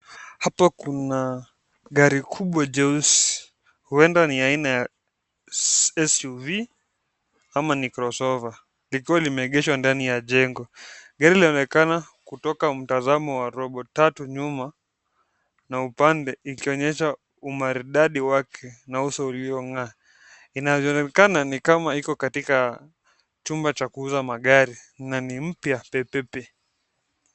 Hapa kuna gari kubwa jeupe huenda ni ya aina ya SUV ama ni crossover likiwa limeegeshwa ndani ya jengo. Gari linaonekana kutoka mtazamo wa robo tatu nyuma na upande ikionyesha umaridadi wake na uso uli'ong'aa. Inaonekana ni kama iko katika chumba cha kuuza magari na ni mpya pepepe.